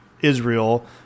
Israel